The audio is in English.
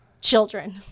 children